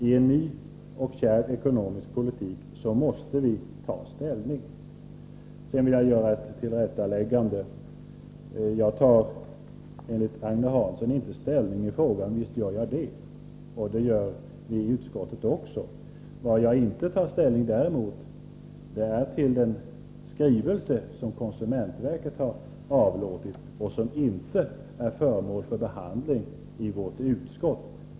I en ny och kärv ekonomisk politik måste vi ta ställning. Jag vill vidare göra ett tillrättaläggande. Jag skulle enligt Agne Hansson inte ta ställning i den här frågan. Visst gör jag det, och vi gör det också i utskottet. Vad jag däremot inte tar ställning till är den skrivelse som konsumentverket avlåtit och som inte är föremål för behandling i vårt utskott.